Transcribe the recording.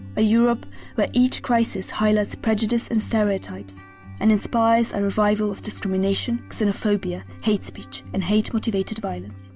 a europe where each crisis highlights prejudice and stereotypes and inspires a revival of discrimination, xenophobia hate speech and hate-motivated violence.